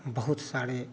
बहुत सारे